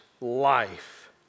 life